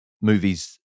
movies